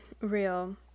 real